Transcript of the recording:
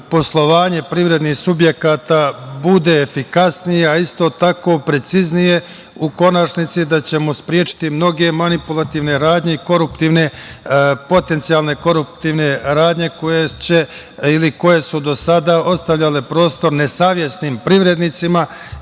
privrednih subjekata bude efikasnije, a isto tako preciznije, u konačnici da ćemo sprečiti mnoge manipulativne radnje i koruptivne, potencijalne koruptivne radnje, koje su do sada ostavljale prostor nesavesnim privrednicima